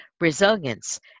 resilience